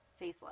facelift